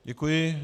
Děkuji.